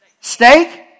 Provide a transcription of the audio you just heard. Steak